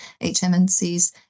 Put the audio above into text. HMNC's